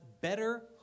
better